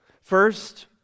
First